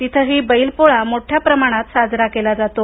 तिथेही बैल पोळा मोठ्या प्रमाणात साजरा केला जातो